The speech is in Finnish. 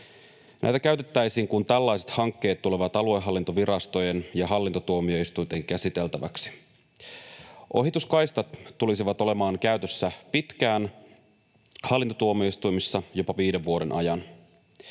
Näitä käytettäisiin, kun tällaiset hankkeet tulevat aluehallintovirastojen ja hallintotuomioistuinten käsiteltäväksi. Ohituskaistat tulisivat olemaan käytössä pitkään, hallintotuomioistuimissa jopa viiden vuoden ajan.